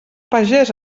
pagès